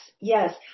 yes